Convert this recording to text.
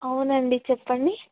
అవునండి చెప్పండి